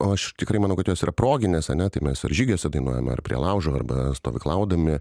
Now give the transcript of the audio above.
aš tikrai manau kad jos yra proginės ane tai mes ar žygiuose dainuojama ar prie laužo arba stovyklaudami